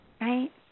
right